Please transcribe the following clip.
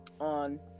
on